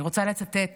אני רוצה לצטט